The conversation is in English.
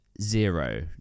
Zero